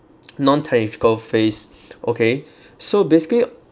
non technological phase okay so basically